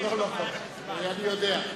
לא לא, אני יודע,